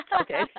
Okay